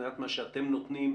מבחינת מה שאתם נותנים,